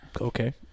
okay